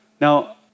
Now